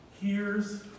hears